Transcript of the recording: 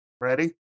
Ready